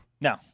No